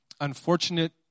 unfortunate